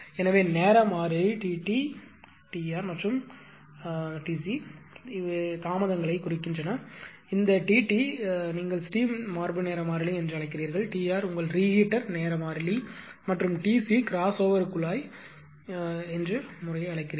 எனவே நேர மாறிலி T t T r மற்றும் T c தாமதங்களைக் குறிக்கின்றன இந்த T t நீங்கள் ஸ்டீம் மார்பு நேர மாறிலி என்று அழைக்கிறீர்கள் T r உங்கள் ரீஹீட்டர் நேர மாறிலி மற்றும் T c கிரஸோவர் குழாய் முறையே அழைக்கிறீர்கள்